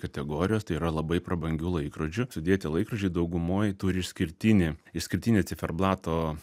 kategorijos tai yra labai prabangių laikrodžių sudėti laikrodžiai daugumoj turi išskirtinį išskirtinę ciferblato